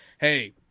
hey